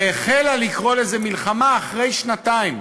והחלה לקרוא לזה מלחמה רק אחרי שנתיים.